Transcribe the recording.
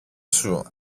σου